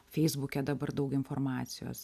feisbuke dabar daug informacijos